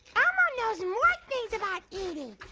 elmo knows more things about eating.